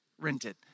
rented